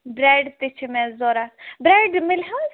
bread تہِ چھِ مےٚ ضروٗرت برٛیڈ میلہِ حظ